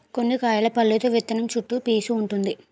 కొన్ని కాయల పల్లులో విత్తనం చుట్టూ పీసూ వుంటుంది